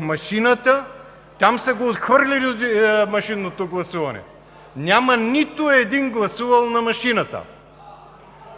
Машината – там са го отхвърлили машинното гласуване, няма нито един гласувал на машината.